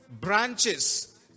branches